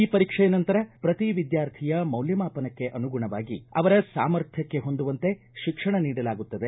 ಈ ಪರೀಕ್ಷೆಯ ನಂತರ ಪ್ರತಿ ವಿದ್ಯಾರ್ಥಿಯ ಮೌಲ್ಮಮಾಪನಕ್ಕೆ ಅನುಗುಣವಾಗಿ ಅವರ ಸಾಮರ್ಥ್ವಕ್ಕೆ ಅನುಗುಣವಾಗಿ ಶಿಕ್ಷಣ ನೀಡಲಾಗುತ್ತದೆ